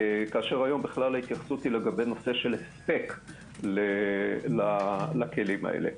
כאשר היום בכלל ההתייחסות היא לגבי נושא של הספק לכלים האלה.